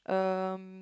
um